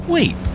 Wait